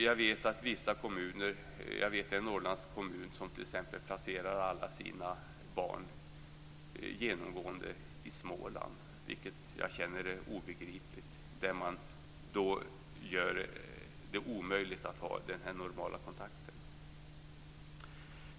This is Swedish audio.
Jag känner t.ex. till en Norrlandskommun som genomgående placerar alla sina barn i Småland. Det känner jag är obegripligt. Man gör det omöjligt att ha den här normala kontakten.